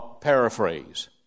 paraphrase